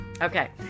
Okay